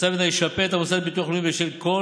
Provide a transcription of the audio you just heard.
ישפה את המוסד לביטוח לאומי בשל כל